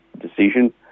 decision